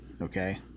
Okay